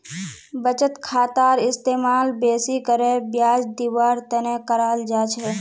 बचत खातार इस्तेमाल बेसि करे ब्याज दीवार तने कराल जा छे